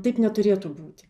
taip neturėtų būti